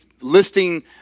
Listing